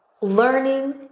learning